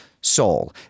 soul